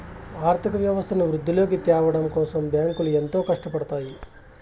ఆర్థిక వ్యవస్థను వృద్ధిలోకి త్యావడం కోసం బ్యాంకులు ఎంతో కట్టపడుతాయి